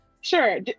Sure